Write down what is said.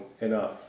enough